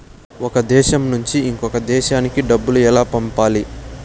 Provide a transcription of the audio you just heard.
ఒక దేశం నుంచి ఇంకొక దేశానికి డబ్బులు ఎలా పంపాలి?